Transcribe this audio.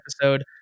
episode